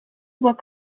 voit